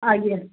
ଆଜ୍ଞା